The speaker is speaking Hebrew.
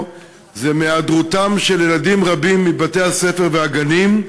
זה היעדרותם של ילדים רבים מבתי-הספר והגנים,